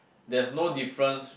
there's no difference